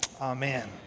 Amen